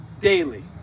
daily